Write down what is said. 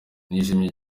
nishimiye